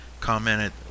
commented